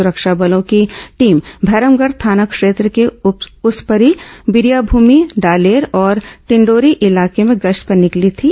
सुरक्षा बलों की टीम भैरमगढ़ थाना क्षेत्र के ॅ उसपरी बिरियामूमि डालेर और टिंडोरी इलाके में गश्त पर निकली थीं